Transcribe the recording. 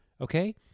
okay